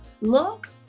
look